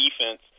defense